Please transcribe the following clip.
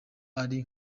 ari